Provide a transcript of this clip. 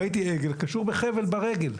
ראיתי עגל קשור בחבל ברגל,